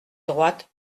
droite